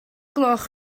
gloch